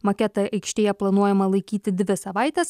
maketą aikštėje planuojama laikyti dvi savaites